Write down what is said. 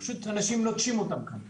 פשוט אנשים נוטשים אותם.